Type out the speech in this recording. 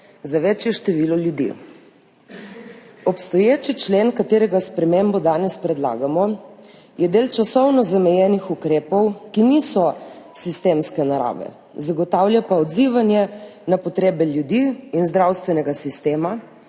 za večje število ljudi. Obstoječi člen, katerega spremembo danes predlagamo, je del časovno zamejenih ukrepov, ki niso sistemske narave, zagotavlja pa odzivanje na potrebe ljudi in zdravstvenega sistema.